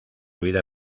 vida